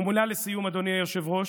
ומילה לסיום, אדוני היושב-ראש: